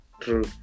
true